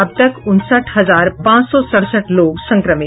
अब तक उनसठ हजार पांच सौ सड़सठ लोग संक्रमित